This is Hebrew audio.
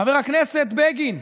חבר הכנסת בגין.